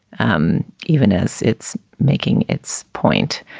um even as it's making its point.